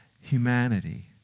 humanity